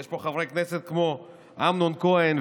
יש פה חברי כנסת כמו אמנון כהן,